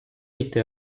йти